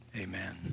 Amen